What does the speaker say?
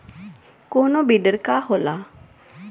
कोनो बिडर का होला?